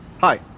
Hi